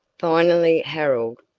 finally harold,